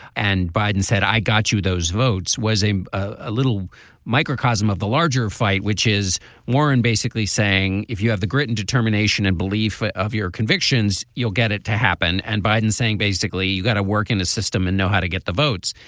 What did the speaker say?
and biden said i got you those votes was a ah little microcosm of the larger fight which is warren basically saying if you have the grit and determination and belief of your convictions you'll get it to happen. and biden saying basically you got to work in the system and know how to get the votes.